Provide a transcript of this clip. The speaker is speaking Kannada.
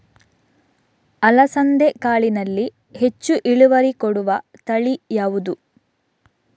ಅಲಸಂದೆ ಕಾಳಿನಲ್ಲಿ ಹೆಚ್ಚು ಇಳುವರಿ ಕೊಡುವ ತಳಿ ಯಾವುದು?